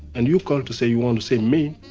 and you called to say you wanted to see me.